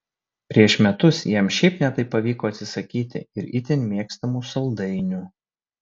prieš metus jam šiaip ne taip pavyko atsisakyti ir itin mėgstamų saldainių